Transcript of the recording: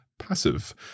passive